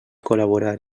col·laborar